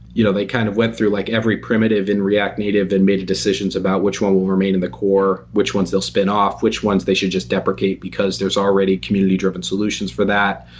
you know they kind of went through like every primitive in react native and made decisions about which one will remain in the core, which ones they'll spin off, which ones they should just deprecated because there's already community-driven solutions for that.